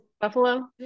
Buffalo